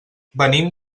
venim